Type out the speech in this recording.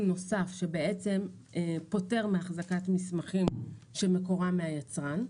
נוסף שבעצם פוטר מאחזקת מסמכים שמקורם מהיצרן.